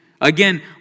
Again